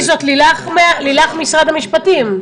לילך וגנר ממשרד המשפטים,